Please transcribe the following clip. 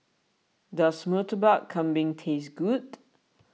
does Murtabak Kambing taste good